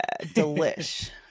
delish